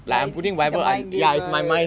like it is it's a mind game right